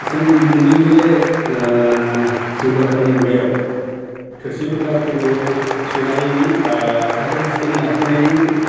जोंनि दिनैनि बे जौगाखां मुगायाव थोरसि लथाफोरखौ सुनायनि एबा साखोन सिखोन लाखिनायनि